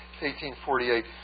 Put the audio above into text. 1848